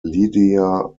lydia